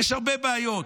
יש הרבה בעיות.